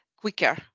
quicker